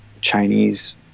chinese